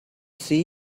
see